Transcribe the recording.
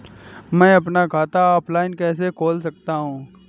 मैं अपना खाता ऑफलाइन कैसे खोल सकता हूँ?